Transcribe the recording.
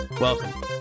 Welcome